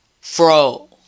fro